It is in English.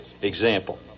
example